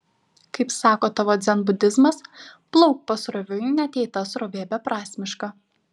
kaip sako tavo dzenbudizmas plauk pasroviui net jei ta srovė beprasmiška